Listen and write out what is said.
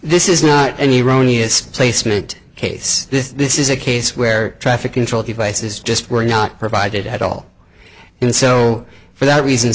this is not any rony its placement case this is a case where traffic control devices just were not provided at all and so for that reason